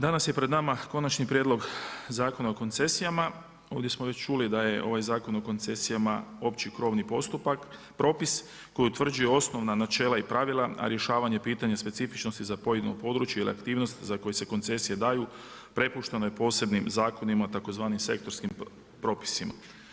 Danas je pred nama Konačni prijedlog Zakona o koncesijama, ovdje smo već čuli da je ovaj Zakon o koncesijama opći krovni postupak, propis, koji utvrđuje osnovna načela i pravila a rješavanje pitanja specifičnosti za pojedino područje ili aktivnosti za koje se koncesije daju prepuštano je posebnim zakonima tzv. sektorskim propisima.